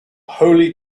holy